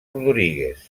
rodríguez